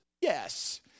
yes